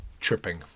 tripping